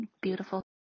beautiful